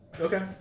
Okay